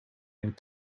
and